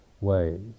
ways